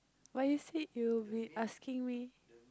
but you said you'll be asking me